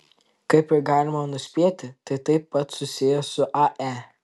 kaip ir galima nuspėti tai taip pat susiję su ae